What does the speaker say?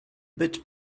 bit